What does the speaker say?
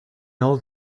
old